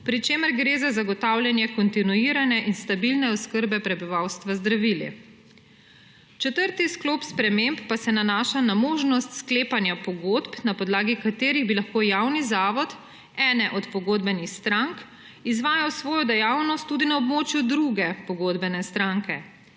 pri čemer gre za zagotavljanje kontinuirane in stabilne oskrbe prebivalstva z zdravili. Četrti sklop sprememb pa se nanaša na možnost sklepanja pogodb, na podlagi katerih bi lahko javni zavod ene od pogodbenih strank izvajal svojo dejavnost tudi na območju druge pogodbene stranke.